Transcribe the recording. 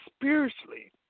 spiritually